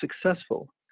successful